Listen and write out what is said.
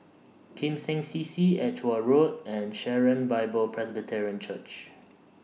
Kim Seng C C Edgware Road and Sharon Bible Presbyterian Church